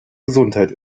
gesundheit